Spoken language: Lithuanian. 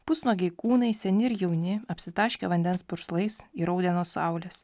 pusnuogiai kūnai seni ir jauni apsitaškę vandens purslais įraudę nuo saulės